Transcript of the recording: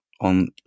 on